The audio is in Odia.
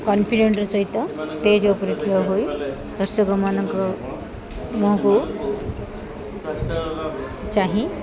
କନଫିଡେଣ୍ଟ ସହିତ ଷ୍ଟେଜ୍ ଉପରେ ଥିବା ହୋଇ ଦର୍ଶକମାନଙ୍କ ମୁହଁକୁ ଚାହିଁ